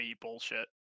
bullshit